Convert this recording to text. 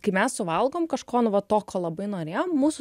kai mes suvalgom kažko nu va to ko labai norėjom mūsų